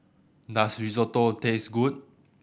does Risotto taste good